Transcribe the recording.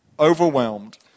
Overwhelmed